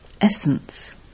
Essence